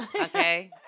Okay